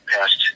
past